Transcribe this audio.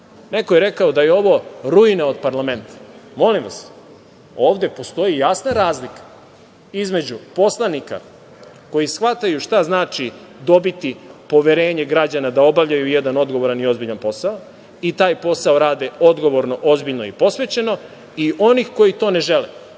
Neko je rekao da je ovo ruina od parlamenta. Molim vas, ovde postoji jasna razlika između poslanika koji shvataju šta znači dobiti poverenje građana da obavljaju jedan odgovoran i ozbiljan posao i taj posao rade odgovorno, ozbiljno i posvećeno i onih koji to ne žele.